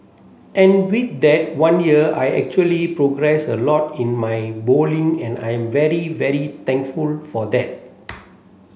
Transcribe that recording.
and with that one year I actually progressed a lot in my bowling and I'm very very thankful for that